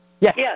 Yes